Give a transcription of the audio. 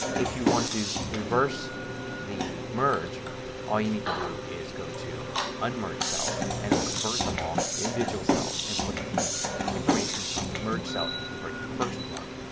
if you want to reverse the merge all you need to do is go to unmerge cells and it will convert them all to individual cells and put the information from the merged cell into the very first one.